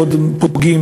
עוד פוגעים